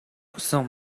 өгсөн